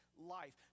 life